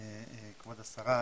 כבוד השרה.